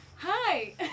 Hi